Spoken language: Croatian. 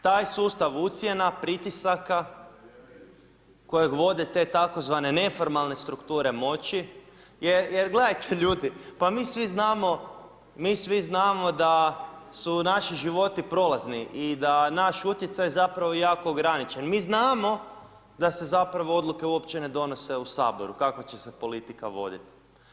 Taj sustav ucjena, pritisaka, kojeg vode te tzv. neformalne strukture moć, jer gledajte ljudi, pa mi svi znamo da su naši životi prolazni i da naš utjecaj, zapravo, jako ograničen, mi znamo da se zapravo odluke uopće ne donose u Saboru, kakva će se politika voditi.